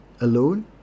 alone